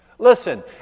Listen